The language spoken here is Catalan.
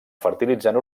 fertilitzant